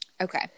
Okay